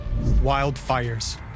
Wildfires